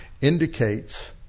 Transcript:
indicates